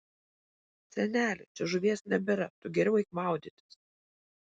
seneli čia žuvies nebėra tu geriau eik maudytis